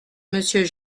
monsieur